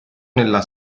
nella